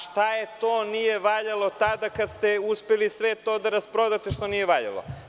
Šta to nije valjalo tada kada ste uspeli da rasprodate sve to što nije valjalo?